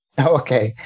Okay